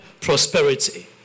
prosperity